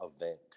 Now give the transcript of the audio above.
event